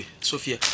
Sophia